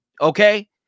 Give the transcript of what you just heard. Okay